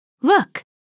Look